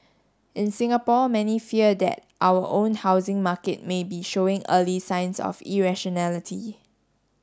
in Singapore many fear that our own housing market may be showing early signs of irrationality